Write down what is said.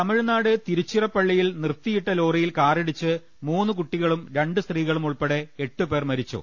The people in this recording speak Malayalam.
തമിഴ്നാട് തിരുച്ചിറപ്പള്ളിയിൽ നിർത്തിയിട്ട ലോറിയിൽ കാറിടിച്ച് മൂന്ന് കുട്ടികളും രണ്ട് സ്ത്രീകളും ഉൾപ്പെടെ എട്ട് പേർ മരിച്ചു